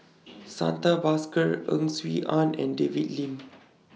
Santha Bhaskar Ang Swee Aun and David Lim